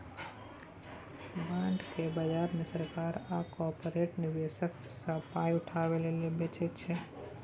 bond केँ बजार मे सरकार आ कारपोरेट निबेशक सँ पाइ उठाबै लेल बेचै छै